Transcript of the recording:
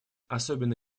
особенно